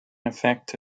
affect